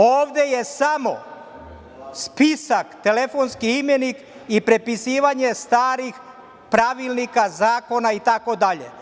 Ovde je samo spisak, telefonski imenik i prepisivanje starih pravilnika, zakona itd.